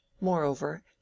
Moreover